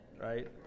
right